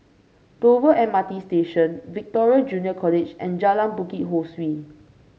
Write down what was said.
Dover M R T Station Victoria Junior College and Jalan Bukit Ho Swee